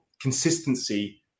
consistency